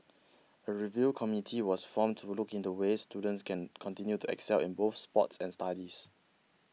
a review committee was formed to look into ways students can continue to excel in both sports and studies